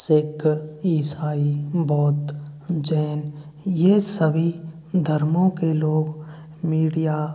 सिक्ख इसाई बौद्ध जैन ये सभी धर्मों के लोग मीडिया